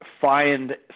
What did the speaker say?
find